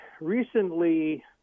recently